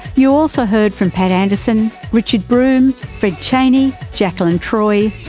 you also heard from pat anderson, richard broome, fred chaney, jakelin troy,